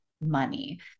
Money